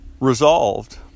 resolved